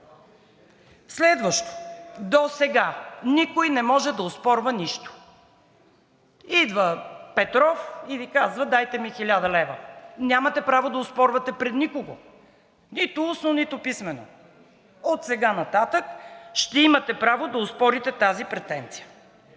Следващо, досега никой не може да оспорва нищо. Идва Петров и Ви казва: дайте ми 1000 лв. Нямате право да оспорвате пред никого нито устно, нито писмено. Отсега нататък ще имате право да оспорите тази претенция.